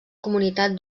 comunitat